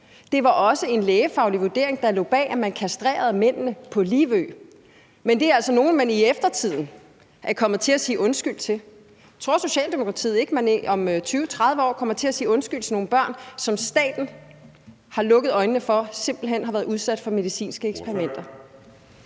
Det var også en lægefaglig vurdering, der lå bag, at man kastrerede mændene på Livø. Men det er altså nogen, man i eftertiden er kommet til at sige undskyld til. Tror Socialdemokratiet ikke, at man om 20-30 år kommer til at sige undskyld til nogle børn, som staten har lukket øjnene for simpelt hen har været udsat for medicinske eksperimenter?